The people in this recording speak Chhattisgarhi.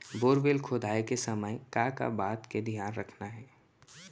बोरवेल खोदवाए के समय का का बात के धियान रखना हे?